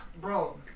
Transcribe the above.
bro